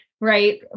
right